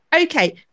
okay